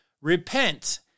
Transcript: repent